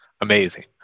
amazing